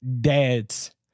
dads